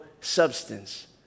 substance